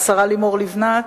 השרה לימור לבנת,